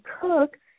cook